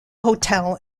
hotel